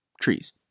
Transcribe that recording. trees